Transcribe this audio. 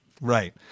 Right